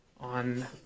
on